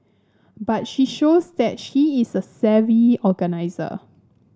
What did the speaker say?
but she shows that she is a savvy organiser